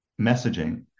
messaging